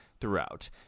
throughout